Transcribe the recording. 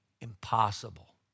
impossible